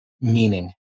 meaning